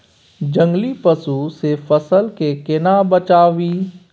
जंगली पसु से फसल के केना बचावी?